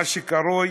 מה שקרוי